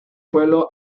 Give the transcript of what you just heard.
pueblo